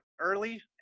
early